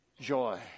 joy